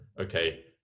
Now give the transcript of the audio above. okay